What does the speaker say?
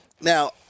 Now